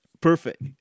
perfect